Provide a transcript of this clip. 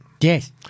Yes